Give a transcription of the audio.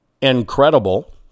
incredible